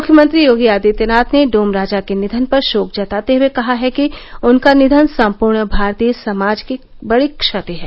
मुख्यमंत्री योगी आदित्यनाथ ने डोम राज के निधन पर शोक जताते हुये कहा है कि उनका निधन सम्पूर्ण भारतीय समाज की बड़ी क्षति है